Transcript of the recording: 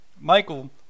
Michael